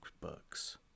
books